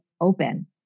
open